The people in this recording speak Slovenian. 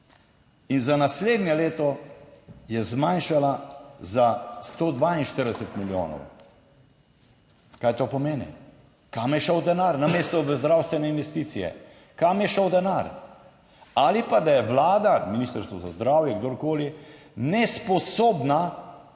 in za naslednje leto je zmanjšala za 142 milijonov. Kaj to pomeni? Kam je šel denar namesto v zdravstvene investicije. Kam je šel denar ali pa, da je Vlada, Ministrstvo za zdravje, kdorkoli, nesposobna